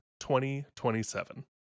2027